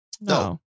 no